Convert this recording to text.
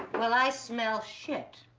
well i smell shit.